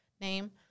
name